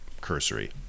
cursory